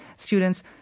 students